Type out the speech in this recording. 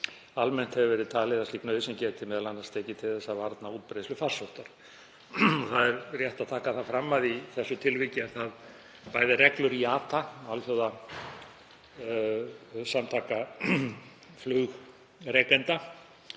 Almennt hefur verið talið að slík nauðsyn geti m.a. tekið til þess að varna útbreiðslu farsóttar. Það er rétt að taka það fram að í þessu tilviki eru það bæði reglur IATA, alþjóðasamtaka flugrekenda,